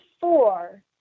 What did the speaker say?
four